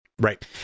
Right